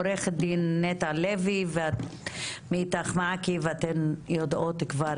עורכת דין נטע לוי מאיתך מעכי, ואתן יודעות כבר